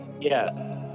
Yes